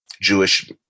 Jewish